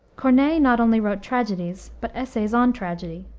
corneille not only wrote tragedies, but essays on tragedy,